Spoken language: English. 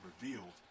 revealed